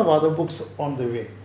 (uh huh)